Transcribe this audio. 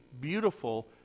beautiful